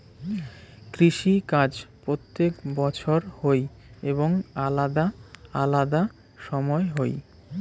কৃষি কাজ প্রত্যেক বছর হই এবং আলাদা আলাদা সময় হই